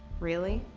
really?